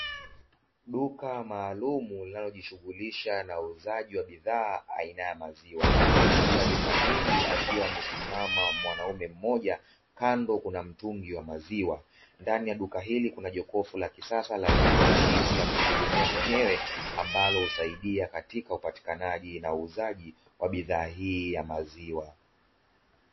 Duka maalumu linalojishughulisha na uuzaji wa bidhaa aina ya maziwa, nje ya duka hili akiwa amesimama mwanaume mmoja kando kuna mtungi wa maziwa, ndani ya duka hili kuna jokofu la kisasa la kiautomatiki la kujihudumia mwenyewe, ambalo husaidia katika upatikanaji wa na uuzaji wa bidhaa hii ya maziwa.